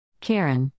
Karen